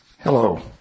Hello